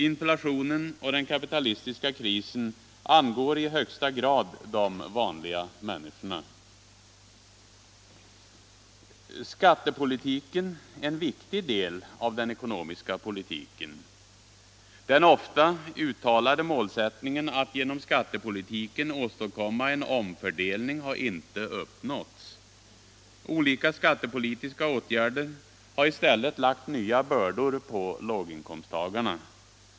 Inflationen och den kapitalistiska krisen angår i högsta grad de vanliga människorna. Skattepolitiken är en viktig del av den ekonomiska politiken. Den ofta uttalade målsättningen att genom skattepolitiken åstadkomma en omfördelning har inte uppnåtts. Olika skattepolitiska åtgärder har i stället lagt nya bördor på låginkomsttagarna.